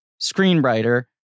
screenwriter